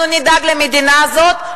אנחנו נדאג למדינה הזאת,